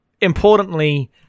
importantly